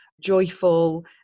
joyful